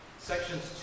Sections